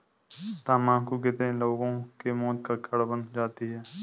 तम्बाकू कितने लोगों के मौत का कारण बन जाती है